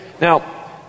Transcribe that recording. Now